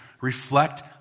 reflect